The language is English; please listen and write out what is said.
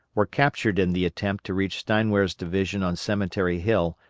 were captured in the attempt to reach steinwehr's division on cemetery hill,